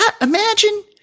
Imagine